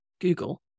Google